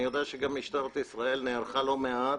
אני יודע שגם משטרת ישראל נערכה לא מעט